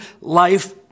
Life